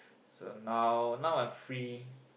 so now now I'm free